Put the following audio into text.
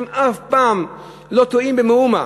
והם אף פעם לא טועים במאומה.